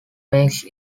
makes